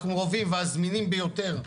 הקרובים והזמינים ביותר,